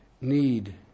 need